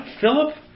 Philip